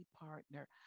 partner